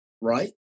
right